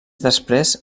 després